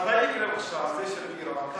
מתי יקרה זה של טירה?